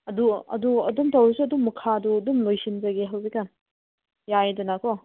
ꯑꯗꯨ ꯑꯗꯨ ꯑꯗꯨꯝ ꯇꯧꯔꯁꯨ ꯑꯗꯨꯝ ꯃꯈꯥꯗꯨ ꯑꯗꯨꯝ ꯂꯣꯏꯁꯤꯟꯖꯒꯦ ꯍꯧꯖꯤꯛ ꯀꯥꯟ ꯌꯥꯏꯗꯅꯀꯣ